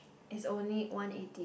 is only one eighty